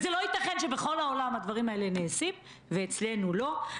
זה לא ייתכן שבכל העולם הדברים האלה נעשים ואצלנו לא.